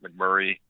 McMurray